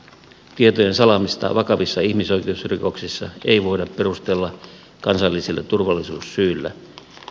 tietojen salaamista vakavissa ihmisoikeusrikoksissa ei voida perustella kansallisilla turvallisuussyillä